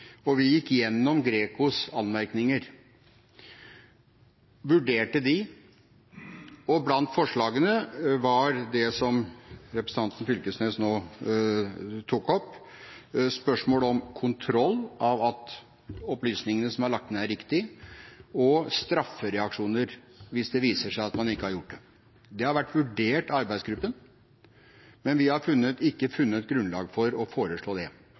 og vi gikk gjennom GRECOs anmerkninger og vurderte dem. Blant forslagene var det som representanten Knag Fylkesnes nå tok opp, spørsmålet om kontroll av at opplysningene som er lagt inn, er riktige, og straffereaksjoner hvis det viser seg at det ikke er gjort. Det har vært vurdert av arbeidsgruppen, men vi har ikke funnet grunnlag for å foreslå det.